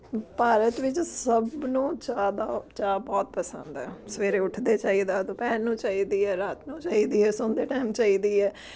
ਭਾਰਤ ਵਿੱਚ ਸਭ ਨੂੰ ਜ਼ਿਆਦਾ ਚਾਹ ਬਹੁਤ ਪਸੰਦ ਹੈ ਸਵੇਰੇ ਉੱਠਦੇ ਚਾਹੀਦਾ ਦੁਪਹਿਰ ਨੂੰ ਚਾਹੀਦੀ ਹੈ ਰਾਤ ਨੂੰ ਚਾਹੀਦੀ ਹੈ ਸੌਂਦੇ ਟੈਮ ਚਾਹੀਦੀ ਹੈ